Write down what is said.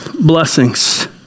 blessings